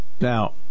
Now